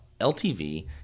LTV